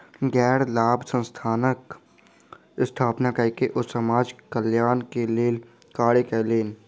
गैर लाभ संस्थानक स्थापना कय के ओ समाज कल्याण के लेल कार्य कयलैन